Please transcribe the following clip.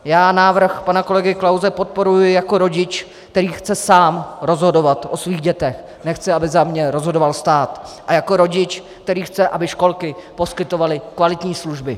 Já návrh pana kolegy Klause podporuji jako rodič, který chce sám rozhodovat o svých dětech, nechci, aby za mě rozhodoval stát, a jako rodič, který chce, aby školky poskytovaly kvalitní služby.